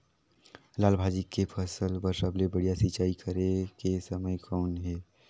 लाल भाजी के फसल बर सबले बढ़िया सिंचाई करे के समय कौन हे?